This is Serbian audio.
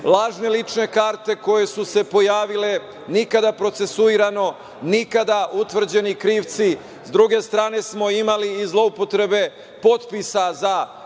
lažne lične karte koje su se pojavile, nikada procesuirano, nikada utvrđeni krivci. S druge strane smo imali i zloupotrebe potpisa datih